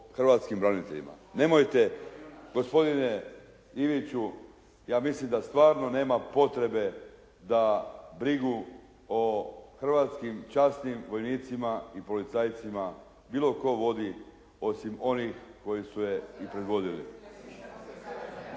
hrvatskim braniteljima. Nemojte gospodine Iviću, ja mislim da stvarno nema potrebe da brigu o hrvatskim časnim vojnicima i policajcima bilo tko vodi osim onih koji su se i predvodili.